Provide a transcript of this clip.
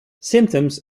symptoms